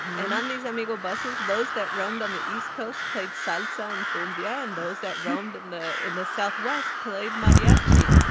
and on these amigo buses, those that roamed on the east coast played salsa and cumbia. and those that roamed in the in the southwest played mariachi.